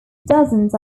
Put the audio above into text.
dozens